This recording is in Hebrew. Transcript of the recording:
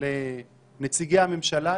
לנציגי הממשלה,